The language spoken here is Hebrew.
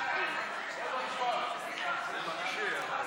כשירות המאמץ),